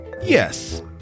Yes